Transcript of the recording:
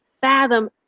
fathom